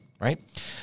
Right